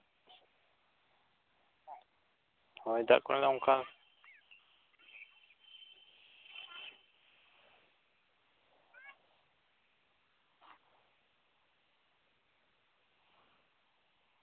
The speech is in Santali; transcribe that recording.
ᱦᱚᱭᱫᱟᱜ ᱠᱚᱨᱮᱱᱟᱜ ᱚᱱᱠᱟ